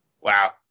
Wow